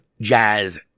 jazz